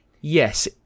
Yes